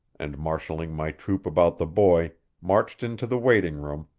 and marshaling my troop about the boy, marched into the waiting-room,